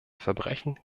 verbrechen